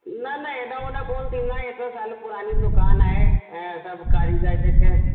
न न एॾा ओॾा कोन्ह थींदा एतिरा साल पुरानी दुकान आहे ऐं सभु कारीगर जेके आहिनि